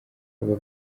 aba